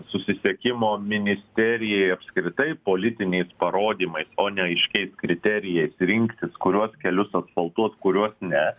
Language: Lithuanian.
susisiekimo ministerijai apskritai politiniais parodymais o ne aiškiais kriterijais rinktis kuriuos kelius asfaltuot kuriuos ne